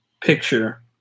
picture